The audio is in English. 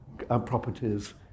Properties